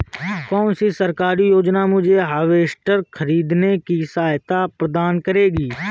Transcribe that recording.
कौन सी सरकारी योजना मुझे हार्वेस्टर ख़रीदने में सहायता प्रदान करेगी?